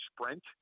sprint